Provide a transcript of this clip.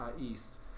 East